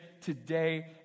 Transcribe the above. today